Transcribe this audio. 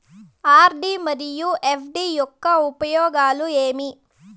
RD మరియు FD యొక్క ఉపయోగాలు ఏమి?